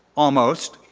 almost,